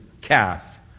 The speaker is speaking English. calf